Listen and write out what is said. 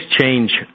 change